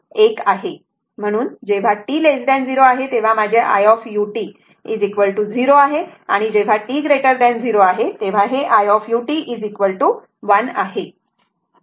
म्हणून जेव्हा t 0 आहे तेव्हा माझे iut 0 आहे आणि जेव्हा t 0 आहे तेव्हा हे iut i आहे